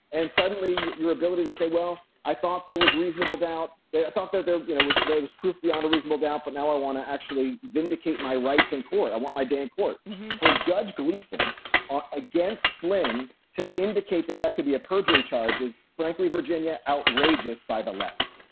and suddenly your ability to say, well, i thought there was reasonable doubt that i thought that there you know was there was proof beyond a reasonable doubt. but now i want to actually vindicate my rights in court. i want my day in court for judge gleason ah against flynn to indicate that that could be a perjury charges. frankly, virginia, outrageous by the left,